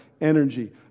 energy